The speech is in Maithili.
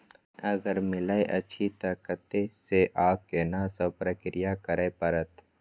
अगर मिलय अछि त कत्ते स आ केना सब प्रक्रिया करय परत?